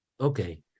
Okay